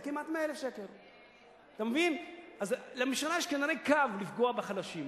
זה כמעט 100,000. לממשלה יש כנראה קו לפגוע בחלשים,